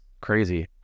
crazy